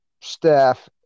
staff